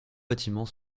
bâtiments